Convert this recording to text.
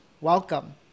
welcome